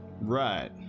Right